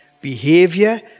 behavior